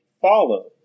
follow